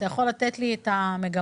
אתה יכול לתת לי את המגמות?